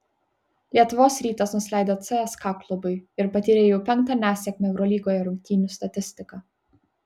lietuvos rytas nusileido cska klubui ir patyrė jau penktą nesėkmę eurolygoje rungtynių statistika